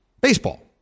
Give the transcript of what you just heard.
Baseball